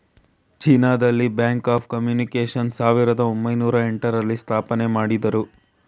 China ದಲ್ಲಿ Bank of Communications ಸಾವಿರದ ಒಂಬೈನೊರ ಎಂಟ ರಲ್ಲಿ ಸ್ಥಾಪನೆಮಾಡುದ್ರು